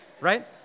right